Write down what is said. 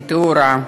אין תאורה,